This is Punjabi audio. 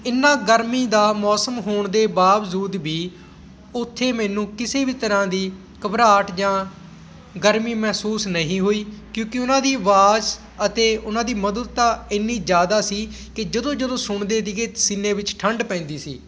ਇੰਨਾ ਗਰਮੀ ਦਾ ਮੌਸਮ ਹੋਣ ਦੇ ਬਾਵਜੂਦ ਵੀ ਉੱਥੇ ਮੈਨੂੰ ਕਿਸੇ ਵੀ ਤਰ੍ਹਾਂ ਦੀ ਘਬਰਾਹਟ ਜਾਂ ਗਰਮੀ ਮਹਿਸੂਸ ਨਹੀਂ ਹੋਈ ਕਿਉਂਕਿ ਉਹਨਾਂ ਦੀ ਆਵਾਜ਼ ਅਤੇ ਉਹਨਾਂ ਦੀ ਮਧੁਰਤਾ ਇੰਨੀ ਜ਼ਿਆਦਾ ਸੀ ਕਿ ਜਦੋਂ ਜਦੋਂ ਸੁਣਦੇ ਸੀਗੇ ਸੀਨੇ ਵਿੱਚ ਠੰਡ ਪੈਂਦੀ ਸੀ